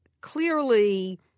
clearly